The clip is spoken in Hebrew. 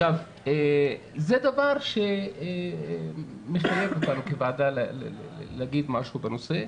זה דבר שמחייב אותנו כוועדה להגיד משהו בנושא,